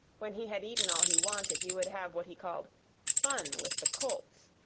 when he had eaten all he wanted he would have what he called fun with the colts,